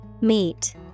Meet